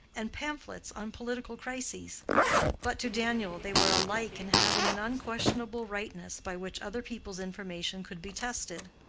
and pamphlets on political crises but to daniel they were alike in having an unquestionable rightness by which other people's information could be tested.